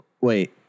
Wait